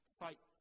fight